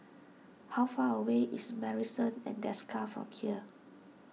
how far away is Marrison at Desker from here